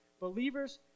believers